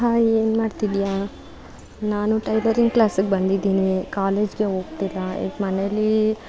hi ಏನು ಮಾಡ್ತಿದೀಯಾ ನಾನು ಟೈಲರಿಂಗ್ ಕ್ಲಾಸಿಗೆ ಬಂದಿದ್ದೀನಿ ಕಾಲೇಜಿಗೆ ಹೋಗ್ತಿಲ್ಲ ಈಗ ಮನೇಲಿ